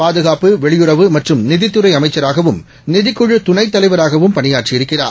பாதுகாப்பு வெளியுறவுமற்றும்நிதித்துறைஅமைச்சராகவும் நிதிக்குழுதுணைத்தலைவராகவும்பணியாற்றியிருக்கிறார்